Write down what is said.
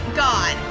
god